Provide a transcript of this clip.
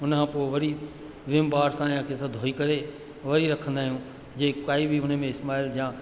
उन खां पोइ वरी विम बार सां या कंहिंसां धोई करे वरी रखंदा आहियूं जीअं काई बि हुन में स्मेल या